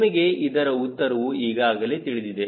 ನಿಮಗೆ ಇದರ ಉತ್ತರವೂ ಈಗಾಗಲೇ ತಿಳಿದಿದೆ